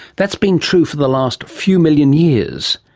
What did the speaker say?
that's been true for the last few million years.